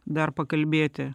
dar pakalbėti